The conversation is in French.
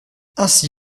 ainsi